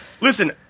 Listen